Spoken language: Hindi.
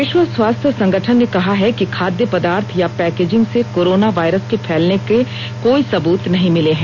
विश्व स्वास्थ्य संगठन ने कहा है कि खाद्य पदार्थ या पैकेजिंग से कोरोना वायरस के फैलने के कोई सबूत नहीं मिले हैं